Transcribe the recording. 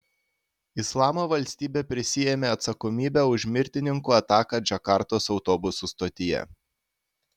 islamo valstybė prisiėmė atsakomybę už mirtininkų ataką džakartos autobusų stotyje